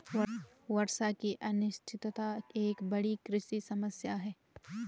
वर्षा की अनिश्चितता एक बड़ी कृषि समस्या है